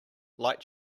like